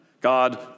God